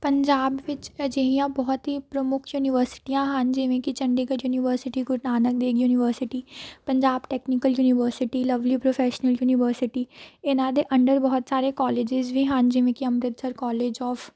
ਪੰਜਾਬ ਵਿੱਚ ਅਜਿਹੀਆਂ ਬਹੁਤ ਹੀ ਪ੍ਰਮੁੱਖ ਯੂਨੀਵਰਸਿਟੀਆਂ ਹਨ ਜਿਵੇਂ ਕਿ Chandigarh university Guru Nanak Dev university Punjab technical university lovely professional university ਇਹਨਾਂ ਦੇ ਅੰਡਰ ਬਹੁਤ ਸਾਰੇ ਕੋਲਜਿਸ ਵੀ ਹਨ ਜਿਵੇਂ ਕਿ ਅੰਮ੍ਰਿਤਸਰ ਕੋਲਜ ਆਫ